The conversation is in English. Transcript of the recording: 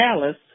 Dallas